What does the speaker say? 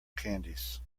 candies